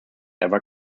ever